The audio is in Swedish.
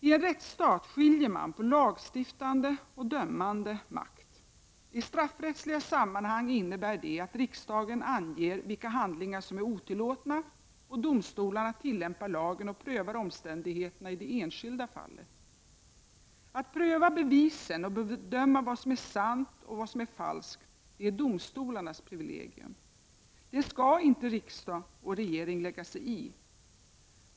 : I en rättsstat skiljer man på lagstiftande och dömande makt. I straffsrättsliga sammanhang innebär det att riksdagen anger vilka handlingar som är otillåtna och att domstolarna tillämpar lagen och prövar omständigheterna i det enskilda fallet. Att pröva bevisen och bedöma vad som är sant och vad som är falskt är domstolarnas privilegium. Det skall inte riksdag och regering lägga sig i.